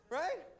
right